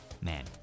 Man